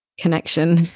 connection